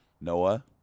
Noah